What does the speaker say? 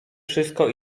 wszystko